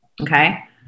Okay